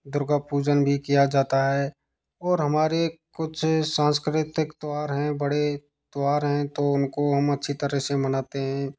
दुर्गा पूजन भी किया जाता है और हमारे कुछ सांस्कृतिक त्याैहार हैं बड़े त्यौहार हैं तो उनको हम अच्छी तरह से मनाते हैं